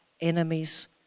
enemies